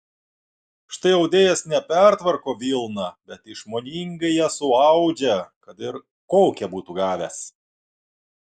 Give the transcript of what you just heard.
štai audėjas ne pertvarko vilną bet išmoningai ją suaudžia kad ir kokią būtų gavęs